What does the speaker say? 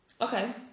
Okay